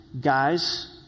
Guys